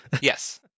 Yes